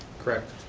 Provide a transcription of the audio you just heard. correct.